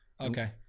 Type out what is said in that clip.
Okay